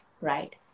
right